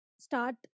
start